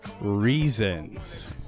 reasons